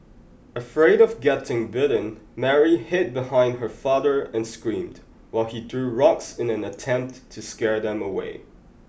afraid of getting bitten Mary hid behind her father and screamed while he threw rocks in an attempt to scare them away